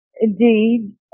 indeed